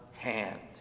hand